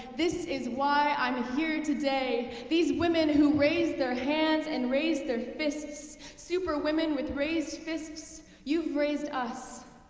this is why i'm here today. these women who raised their hands and raised their fists. super women with raised fists, you've raised us.